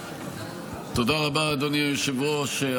תודה רבה, אדוני היושב-ראש.